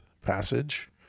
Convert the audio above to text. passage